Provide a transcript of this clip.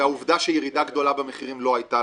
והעובדה שירידה גדולה במחירים לא הייתה,